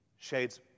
Shades